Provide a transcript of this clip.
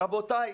רבותיי,